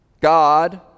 God